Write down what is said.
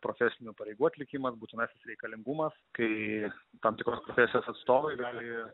profesinių pareigų atlikimas būtinasis reikalingumas kai tam tikros profesijos atstovai gali